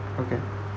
okay